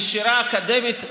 נשירה אקדמית,